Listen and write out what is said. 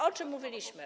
O czym mówiliśmy?